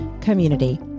community